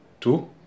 Two